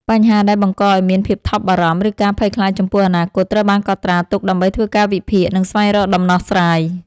បញ្ហាដែលបង្កឱ្យមានភាពថប់បារម្ភ ឬការភ័យខ្លាចចំពោះអនាគត ត្រូវបានកត់ត្រាទុកដើម្បីធ្វើការវិភាគ និងស្វែងរកដំណោះស្រាយ។